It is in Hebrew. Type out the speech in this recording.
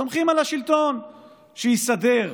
סומכים על השלטון שיסדר.